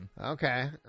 Okay